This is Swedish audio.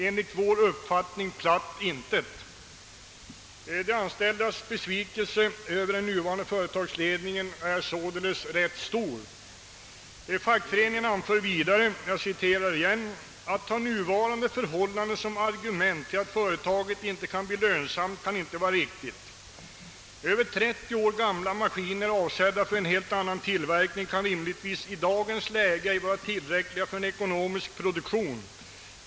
Enligt vår uppfattning platt intet.> De anställdas besvikelse över den nuvarande företagsledningen är således ganska stor. Fackföreningen anför vidare: »Att ta nuvarande förhållanden som argument till att företaget inte kan bli lönsamt kan inte vara riktigt. Över trettio år gamla maskiner avsedda för en helt annan tillverkning kan rimligtvis i dagens läge ej vara tillräckliga för en ekonomisk produktion.